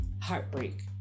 heartbreak